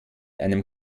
einem